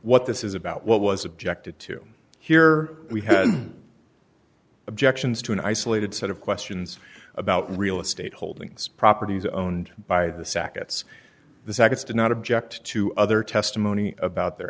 what this is about what was objected to here we had objections to an isolated set of questions about real estate holdings properties owned by the sackets the seconds do not object to other testimony about their